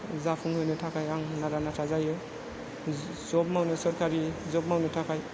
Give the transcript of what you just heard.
जाफुंहोनो थाखाय आं नारा नाथा जायो जब मावनो सोरखारि जब मावनो थाखाय